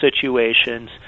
situations